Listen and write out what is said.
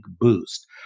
boost